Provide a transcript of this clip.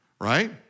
right